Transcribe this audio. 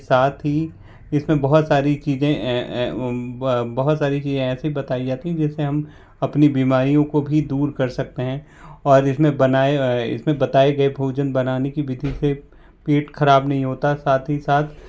साथ ही इसमें बहुत सारी चीज़ें बहुत सारी चीज़ें ऐसी बताई जाती हैं जिससे हम अपनी बीमारियों को भी दूर कर सकते हैं और इसमें बनाए इसमें बताए गए भोजन बनाने की विधि से पेट ख़राब नहीं होता साथ ही साथ